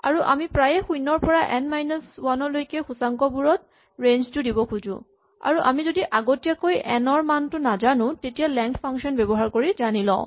আৰু আমি প্ৰায়ে শূণ্যৰ পৰা এন মাইনাচ ৱান লৈকে সূচাংক বোৰত ৰেঞ্জ টো দিব খোজো আৰু আমি যদি আগতীয়াকৈ এন ৰ মানটো নাজানো তেতিয়া লেংথ ফাংচন ব্যৱহাৰ কৰি জানি লওঁ